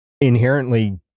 inherently